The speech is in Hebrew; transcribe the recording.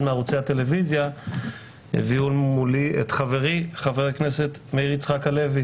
מערוצי הטלוויזיה הביאו מולי את חברי חבר הכנסת מאיר יצחק הלוי